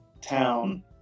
town